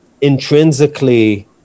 intrinsically